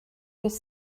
with